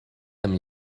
them